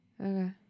Okay